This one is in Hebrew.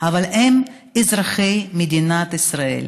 אבל הם אזרחי מדינת ישראל,